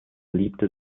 liebte